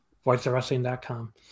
Voiceofwrestling.com